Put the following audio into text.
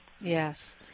Yes